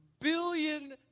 billion